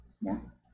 More